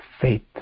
faith